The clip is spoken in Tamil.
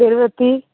எழுபத்தி